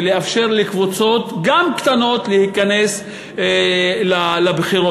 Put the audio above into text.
ולאפשר גם לקבוצות קטנות להיכנס לבחירות,